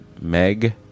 Meg